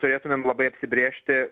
turėtumėm labai apsibrėžti